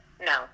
no